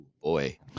Boy